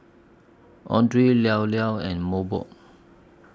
Andre Llao Llao and Mobot